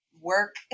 work